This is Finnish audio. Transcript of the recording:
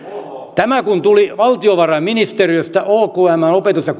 tämä tuli valtiovarainministeriöstä okmään opetus ja